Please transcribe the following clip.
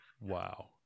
Wow